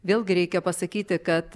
vėlgi reikia pasakyti kad